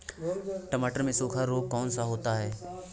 टमाटर में सूखा रोग कौन सा होता है?